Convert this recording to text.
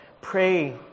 Pray